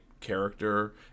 character